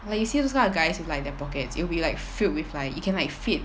like you see those kind of guys with like their pockets it will be like filled with like you can fit